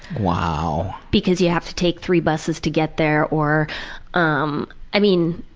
wow. because you have to take three buses to get there or um, i mean,